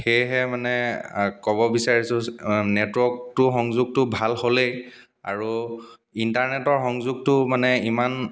সেয়েহে মানে ক'ব বিচাৰিছোঁ নেটৱৰ্কটো সংযোগটো ভাল হ'লেই আৰু ইণ্টাৰনেটৰ সংযোগটো মানে ইমান